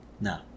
No